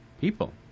people